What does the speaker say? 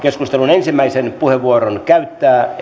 ensimmäisen puheenvuoron käyttää edustaja rinne